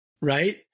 right